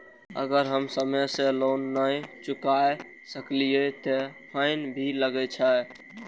अगर हम समय से लोन ना चुकाए सकलिए ते फैन भी लगे छै?